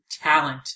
talent